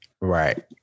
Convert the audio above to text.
Right